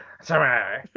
Sorry